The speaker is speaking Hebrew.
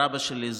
תודה רבה.